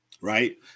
Right